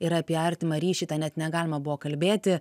ir apie artimą ryšį tą net negalima buvo kalbėti